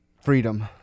Freedom